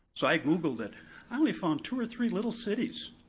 so i googled it, i only found two or three little cities